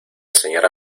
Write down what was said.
señora